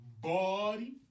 Body